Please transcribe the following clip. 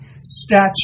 statue